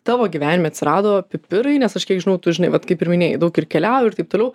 tavo gyvenime atsirado pipirai nes aš kiek žinau tu žinai vat kaip ir minėjai daug ir keliauji ir taip toliau